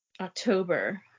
October